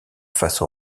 face